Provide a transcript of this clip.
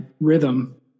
rhythm